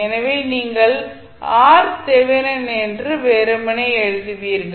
எனவே நீங்கள் என்று வெறுமனே எழுதுவீர்கள்